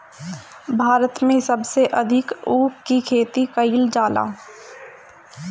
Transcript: भारत में सबसे अधिका ऊख के खेती कईल जाला